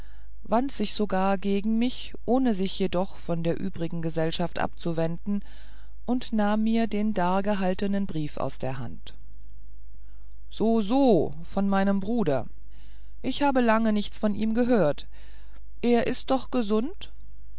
wandte sich sogar gegen mich ohne sich jedoch von der übrigen gesellschaft abzuwenden und nahm mir den dargehaltenen brief aus der hand so so von meinem bruder ich habe lange nichts von ihm gehört er ist doch gesund